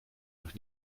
noch